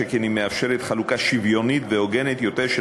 שכן היא מאפשרת חלוקה שוויונית והוגנת יותר של